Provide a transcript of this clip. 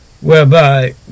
whereby